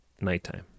nighttime